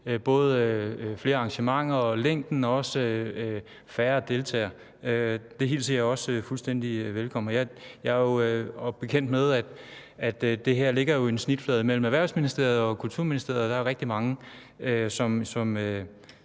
både flere arrangementer, længden af dem og antallet af deltagere. Det hilser jeg også meget velkommen. Jeg er jo bekendt med, at det her ligger i en snitflade mellem Erhvervsministeriet og Kulturministeriet, og der er rigtig mange i